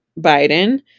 Biden